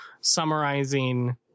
summarizing